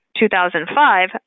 2005